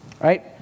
right